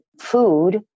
food